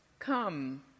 Come